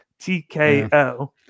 TKO